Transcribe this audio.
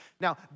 Now